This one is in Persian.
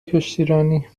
کشتیرانی